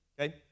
okay